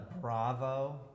Bravo